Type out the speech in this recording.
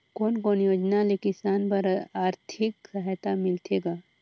कोन कोन योजना ले किसान बर आरथिक सहायता मिलथे ग?